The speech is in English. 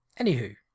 Anywho